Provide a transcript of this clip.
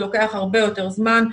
זה לוקח הרבה יותר זמן.